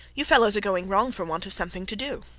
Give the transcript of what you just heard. you fellows are going wrong for want of something to do.